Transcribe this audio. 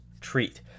treat